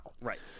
Right